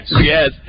Yes